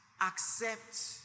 accept